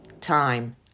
time